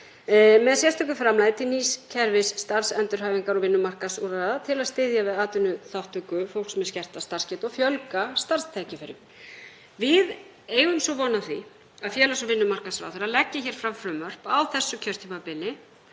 með sérstöku framlagi til nýs kerfis starfsendurhæfingar og vinnumarkaðsúrræða til að styðja við atvinnuþátttöku fólks með skerta starfsgetu og fjölga starfstækifærum. Við eigum svo von á því að félags- og vinnumarkaðsráðherra leggi hér fram frumvarp á þessu kjörtímabili,